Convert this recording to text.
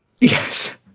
Yes